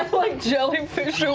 like jellyfish